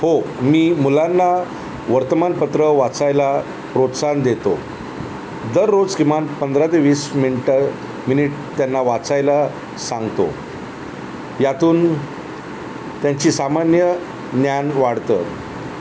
हो मी मुलांना वर्तमानपत्र वाचायला प्रोत्साहन देतो दररोज किमान पंधरा ते वीस मिनटं मिनिट त्यांना वाचायला सांगतो यातून त्यांचं सामान्य ज्ञान वाढतं